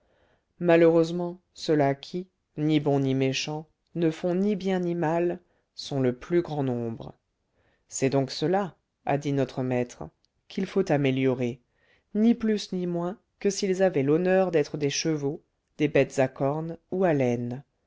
malheureusement ceux-là qui ni bons ni méchants ne font ni bien ni mal sont le plus grand nombre c'est donc ceux-là a dit notre maître qu'il faut améliorer ni plus ni moins que s'ils avaient l'honneur d'être des chevaux des bêtes à cornes ou à laine